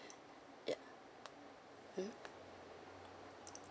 ya mmhmm